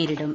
നേരിടും